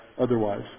otherwise